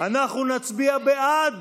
אנחנו נצביע בעד